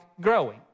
growing